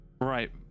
right